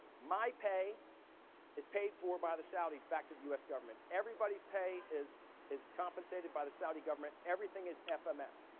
my pay is paid for by the saudis back to the us government. everybody's pay is is compensated by the saudi government. everything is fms,